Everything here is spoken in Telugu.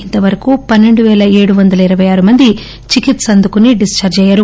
ఇంతవరకూ పస్పెండు పేల ఏడు వందల ఇరపై ఆరు మంది చికిత్స అందుకుని డిస్చార్ట్ అయ్యారు